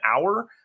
hour